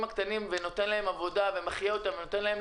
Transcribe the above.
הקטנים אז זה היה נותן להם עבודה ואפשרות לחיות.